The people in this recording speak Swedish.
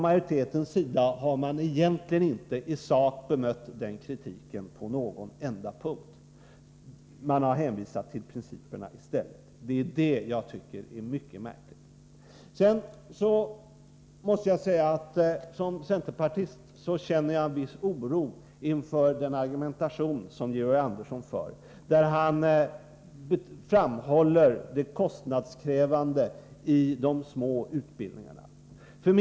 Majoriteten har egentligen inte bemött den kritiken på någon enda punkt. I stället har man hänvisat till principerna. Det tycker jag är mycket märkligt. Som centerpartist måste jag säga att jag känner en viss oro inför Georg Anderssons argumentation när han framhåller hur kostnadskrävande de små . utbildningarna är.